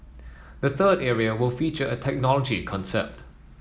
the third area will feature a technology concept